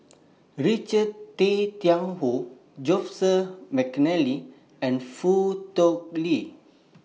Richard Tay Tian Hoe Joseph Mcnally and Foo Tui Liew